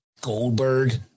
Goldberg